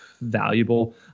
Valuable